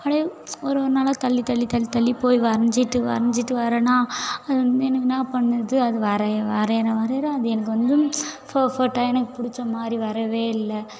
அப்படியே ஒரு ஒரு நாளாக தள்ளி தள்ளி தள்ளி தள்ளி போய் வரைஞ்சிட்டு வரைஞ்சிட்டு வர்றனா அது வந்து எனக்கு என்ன பண்ணுறது அது வரைய வரைகிறேன் வரைகிறேன் அது எனக்கு வந்து ஸோ ஸோட்ட எனக்கு பிடிச்ச மாதிரி வரவே இல்லை